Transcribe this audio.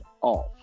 off